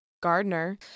Gardner